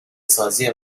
سازی